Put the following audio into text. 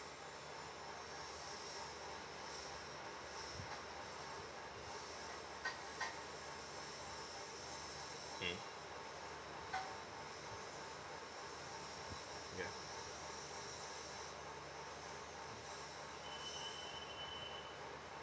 mm yeah